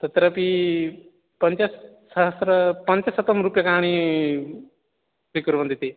तत्रापि पञ्चसहस्रं पञ्चशतं रूप्यकाणि स्वीकुर्वन्ति इति